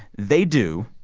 they do.